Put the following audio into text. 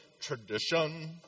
tradition